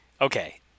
okay